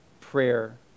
prayer